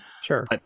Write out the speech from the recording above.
Sure